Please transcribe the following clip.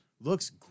Looks